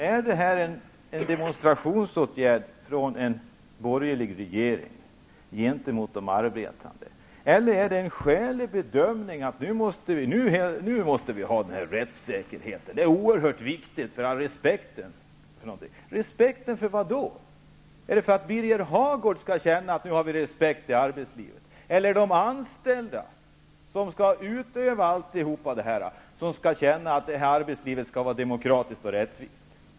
Är detta en demonstrationsåtgärd från en borgerlig regering mot de arbetande, eller är det en skälig bedömning av att rättssäkerheten måste stärkas, att det är oerhört viktigt för respekten? Respekten för vad? Är det för att Birger Hagård skall känna att vi nu har respekt i arbetslivet, eller är det de anställda som skall utöva allt detta, som skall känna att detta arbetsliv skall vara demokratiskt och rättvist?